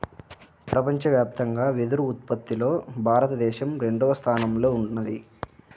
ప్రపంచవ్యాప్తంగా వెదురు ఉత్పత్తిలో భారతదేశం రెండవ స్థానంలో ఉన్నది